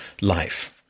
life